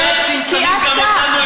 הנאצים שונאים גם אותנו,